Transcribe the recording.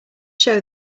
show